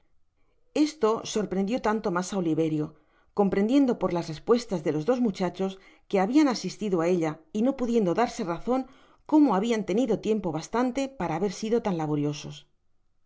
esto sorprendió tanto mas á oliverio comprendiendo por las respuestas de los dos muchachos que habian asistido á ella y no pudiendo darse razon como habian tenido tiempo bastante para haber sido tan laboriosos